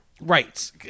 right